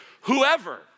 whoever